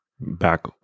back